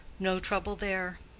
no trouble there.